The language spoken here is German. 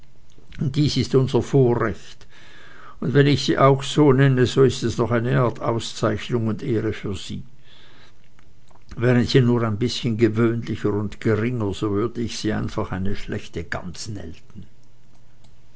dies ist unser vorrecht und wenn ich sie auch so nenne so ist es noch eine art auszeichnung und ehre für sie wären sie nur ein bißchen gewöhnlicher und geringer so würde ich sie einfach eine schlechte gans